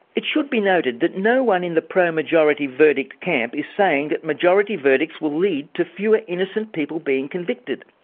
it should be noted that no one in the pro-majority verdict camp is saying that majority verdicts will lead to fewer innocent people being convicted.